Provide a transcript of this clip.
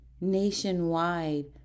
nationwide